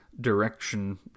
direction